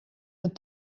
een